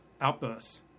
outbursts